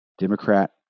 Democrat